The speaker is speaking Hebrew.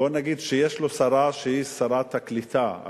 בוא נגיד שיש לו שרה שהיא שרת הקליטה,